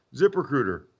ziprecruiter